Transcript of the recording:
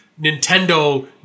Nintendo